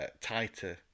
tighter